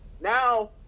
Now